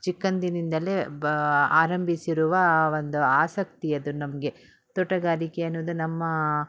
ಚಿಕ್ಕಂದಿನಿಂದಲೇ ಆರಂಭಿಸಿರುವ ಒಂದು ಆಸಕ್ತಿ ಅದು ನಮಗೆ ತೋಟಗಾರಿಕೆ ಅನ್ನೋದು ನಮ್ಮ